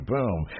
Boom